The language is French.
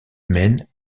mène